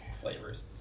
flavors